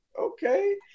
okay